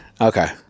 Okay